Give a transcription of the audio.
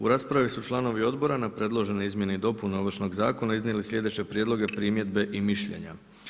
U raspravi su članovi odbora na predložene izmjene i dopune Ovršnog zakona iznijeli sljedeće prijedloge, primjedbe i mišljenja.